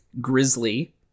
Grizzly